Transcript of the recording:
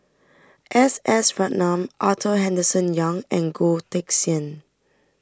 S S Ratnam Arthur Henderson Young and Goh Teck Sian